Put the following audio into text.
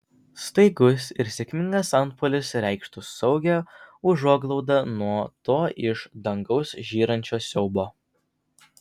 staigus ir sėkmingas antpuolis reikštų saugią užuoglaudą nuo to iš dangaus žyrančio siaubo